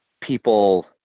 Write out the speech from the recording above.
people